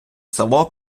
село